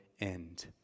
end